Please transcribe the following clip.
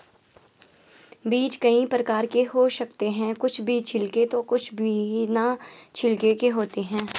बीज कई प्रकार के हो सकते हैं कुछ बीज छिलके तो कुछ बिना छिलके के होते हैं